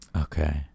okay